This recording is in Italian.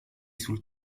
sul